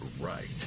right